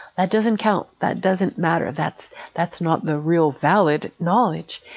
that doesn't count, that doesn't matter, that's that's not the real valid knowledge.